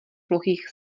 plochých